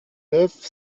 neuf